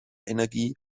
energie